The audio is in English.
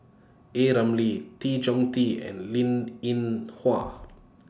A Ramli Tan Choh Tee and Linn in Hua